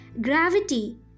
gravity